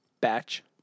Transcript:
Batch